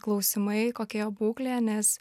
klausimai kokioje būklėje nes